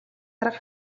арга